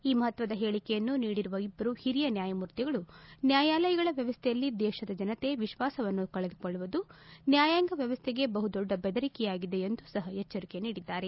ಈ ಮಹತ್ವದ ಹೇಳಿಕೆಯನ್ನು ನೀಡಿರುವ ಇಬ್ಲರೂ ಹಿರಿಯ ನ್ಯಾಯಮೂರ್ತಿಗಳು ನ್ಯಾಯಾಲಯಗಳ ವ್ಯವಸ್ಥೆಯಲ್ಲಿ ದೇಶದ ಜನತೆ ವಿಶ್ನಾಸವನ್ನು ಕಳೆದುಕೊಳ್ದುವುದು ನ್ನಾಯಾಂಗ ವ್ಯವಸ್ಗೆಗೇ ಬಹುದೊಡ್ಡ ಬೆದರಿಕೆಯಾಗಿದೆ ಎಂದೂ ಸಹ ಎಚ್ಗರಿಕೆ ನೀಡಿದ್ದಾರೆ